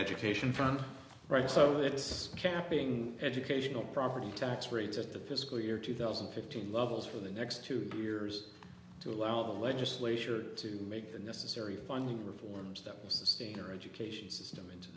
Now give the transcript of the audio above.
education fund right so it's capping educational property tax rates at the fiscal year two thousand and fifteen levels for the next two years to allow the legislature to make the necessary funding reforms that will sustain our education system into